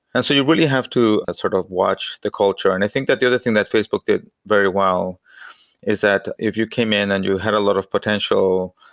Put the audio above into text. and so you really have to sort of watch the culture. and i think that the other thing that facebook did very well is that you came in and you had a lot of potential,